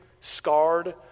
scarred